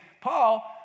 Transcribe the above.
Paul